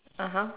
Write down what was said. (uh huh)